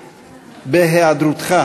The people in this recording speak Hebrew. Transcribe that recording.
בהיעדרותך.